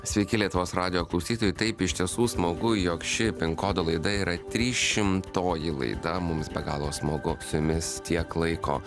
sveiki lietuvos radijo klausytojai taip iš tiesų smagu jog ši pinkodo laida yra trys šimtoji laida mums be galo smagu su jumis tiek laiko